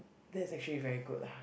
that's actually very good lah